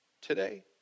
today